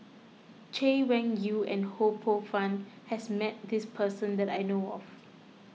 Chay Weng Yew and Ho Poh Fun has met this person that I know of